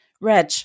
Reg